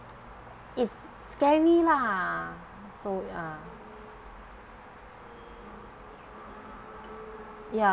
it's scary lah so ya ya